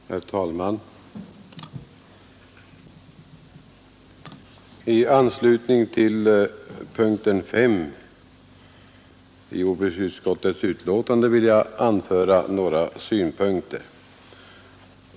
Herr talman! I anslutning till punkten 5 i jordbruksutskottets betänkande vill jag anföra några synpunkter.